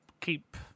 keep